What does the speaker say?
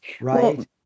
right